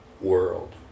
world